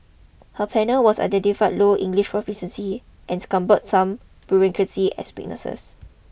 her panel was identified low English proficiency and cumbersome bureaucracy as weaknesses